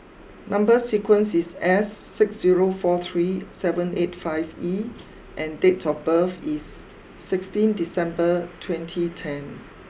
number sequence is S six zero four three seven eight five E and date of birth is sixteen December twenty ten